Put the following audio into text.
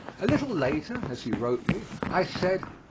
a little later, as he wrote me, i said,